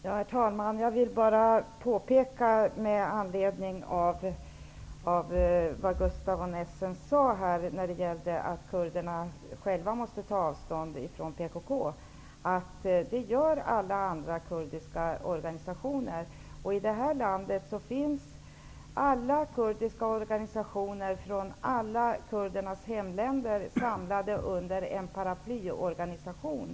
Herr talman! Med anledning av vad Gustaf von Essen sade om att kurderna själva måste ta avstånd från PKK, vill jag påpeka att alla andra kurdiska organisationer gör det. I det här landet finns alla kurdiska organisationer från kurdernas alla hemländer samlade under en paraplyorganisation.